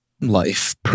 life